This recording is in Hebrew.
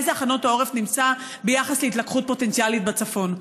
באיזה הכנות העורף נמצא ביחס להתלקחות פוטנציאלית בצפון?